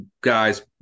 guys